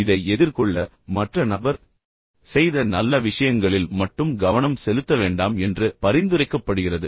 இதை எதிர்கொள்ள மற்ற நபர் செய்த நல்ல விஷயங்களில் மட்டும் கவனம் செலுத்த வேண்டாம் என்று பரிந்துரைக்கப்படுகிறது